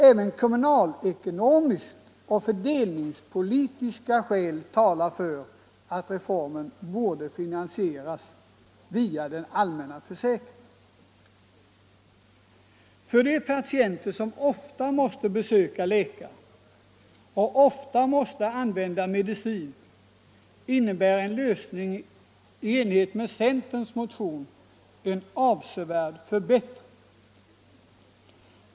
Även kommunalekonomiska och fördelningspolitiska skäl talar för att reformen finansieras via den allmänna försäkringen. För de patienter som ofta måste besöka läkare och använda medicin innebär en lösning i enlighet med centerns motion en avsevärd förbättring.